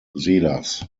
silas